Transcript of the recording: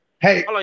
Hey